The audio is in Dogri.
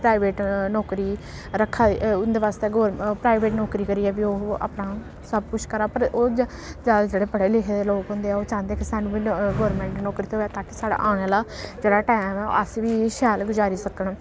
प्राइवेट नौकरी रक्खा दी उं'दे बास्तै गौर प्राइवेट नौकरी करियै बी ओह् अपना सब कुछ घरा पर ओह् जैदा जेह्ड़े पढ़े लिखे दे लोक होंदे ते ओह् चांह्दे कि सानूं बी गौरमैंट नौकरी थ्होऐ ताकि साढ़ा औने आह्ला जेह्ड़ा टैम ऐ ओह् अस बी शैल गुजारी सकन